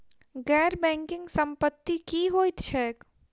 गैर बैंकिंग संपति की होइत छैक?